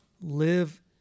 live